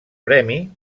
premi